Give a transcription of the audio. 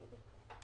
רק אל מה שאני מאשר.